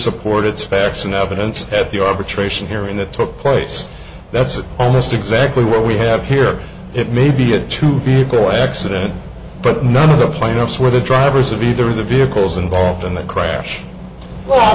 support its facts in evidence at the arbitration hearing that took place that's almost exactly what we have here it may be a two vehicle accident but none of the plaintiffs were the drivers of either of the vehicles involved in the crash